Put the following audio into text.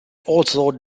also